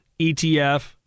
ETF